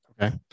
Okay